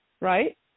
right